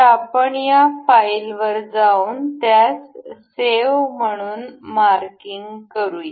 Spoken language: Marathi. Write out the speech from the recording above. तर आपण या फाईलवर जाऊन त्यास सेव्ह म्हणून मार्किंग करू